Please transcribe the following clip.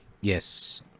Yes